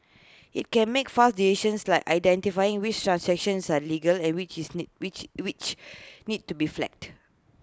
IT can make fast decisions like identifying which transactions are legit and which is need which which need to be flagged